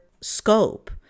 scope